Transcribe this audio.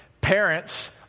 Parents